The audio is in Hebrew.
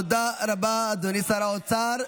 תודה רבה, אדוני שר האוצר.